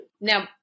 Now